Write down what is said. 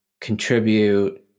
contribute